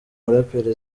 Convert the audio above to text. muraperi